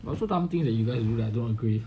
well also dumb things y'all do I don't agree with